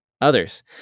others